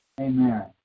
Amen